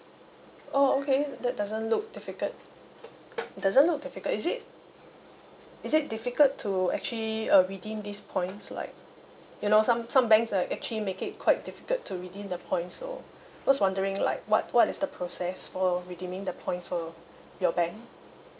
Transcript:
oh okay that doesn't look difficult doesn't look difficult is it is it difficult to actually uh redeem these points like you know some some banks like actually make it quite difficult to redeem the points so just wondering like what what is the process for redeeming the points for your bank